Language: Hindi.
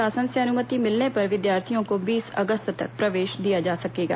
शासन से अनुमति मिलने पर विद्यार्थियों को बीस अगस्त तक प्रवेश दिया जा सकेगा